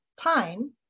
time